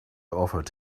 offered